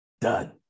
Done